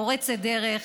פורצת דרך,